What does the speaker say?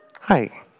Hi